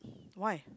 why